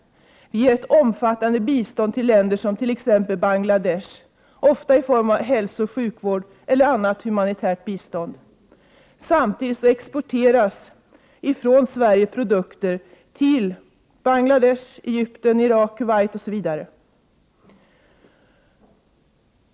Vi ger omfattande bistånd till länder som Bangladesh, ofta i form av hälsooch sjukvård eller annan humanitär hjälp. Samtidigt exporteras från Sverige tobaksprodukter till Bangladesh, Egypten, Irak, Kuwait etc.